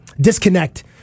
disconnect